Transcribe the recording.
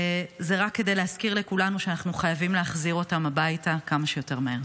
זה רק כדי להזכיר לכולנו שאנחנו חייבים להחזיר אותם כמה שיותר מהר.